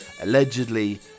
allegedly